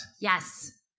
Yes